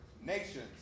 nations